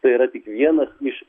tai yra tik vienas iš